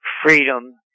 freedom